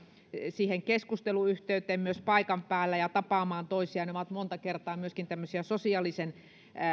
keskusteluyhteyteen myös paikan päällä ja tapaamaan toisia ne ovat monta kertaa myöskin tämmöisiä sosiaalisen